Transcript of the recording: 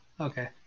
Okay